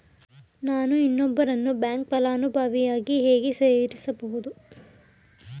ನಾನು ಇನ್ನೊಬ್ಬರನ್ನು ಬ್ಯಾಂಕ್ ಫಲಾನುಭವಿಯನ್ನಾಗಿ ಹೇಗೆ ಸೇರಿಸಬಹುದು?